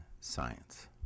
science